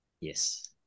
Yes